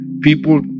people